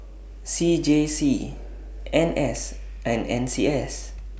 C J C N S and N C S